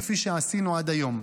כפי שעשינו עד היום.